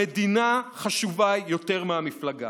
המדינה חשובה יותר מהמפלגה.